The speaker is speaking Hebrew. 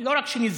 לא רק שנזכרתי,